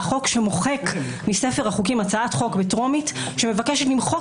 חוק שמוחק מספר החוקים הצעת חוק בטרומית שמבקשת למחוק